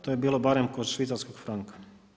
To je bilo barem kod švicarskog franka.